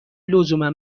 لزوما